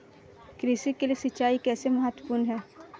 कृषि के लिए सिंचाई कैसे महत्वपूर्ण है?